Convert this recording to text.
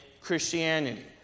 Christianity